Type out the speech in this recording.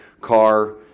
car